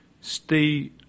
stay